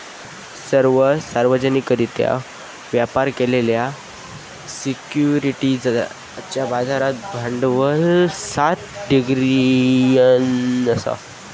सर्व सार्वजनिकरित्या व्यापार केलेल्या सिक्युरिटीजचा बाजार भांडवल सात ट्रिलियन असा